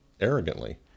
arrogantly